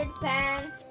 pants